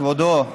כבודו,